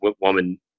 woman